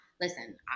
listen